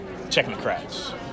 technocrats